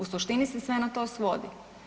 U suštini se sve na to svodi.